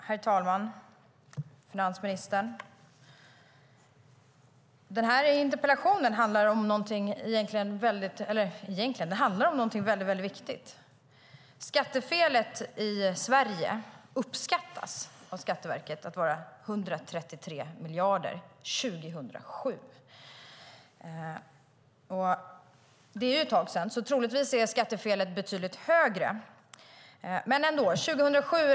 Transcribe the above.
Herr talman! Den här interpellationen handlar om någonting väldigt viktigt. Skatteverket uppskattade 2007 att skattefelet i Sverige uppgick till 133 miljarder. Det är ju ett tag sedan, så troligtvis uppgår skattefelet till betydligt högre belopp nu.